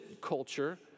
culture